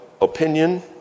opinion